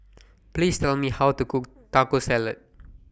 Please Tell Me How to Cook Taco Salad